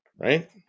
Right